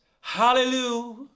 hallelujah